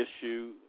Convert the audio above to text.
issue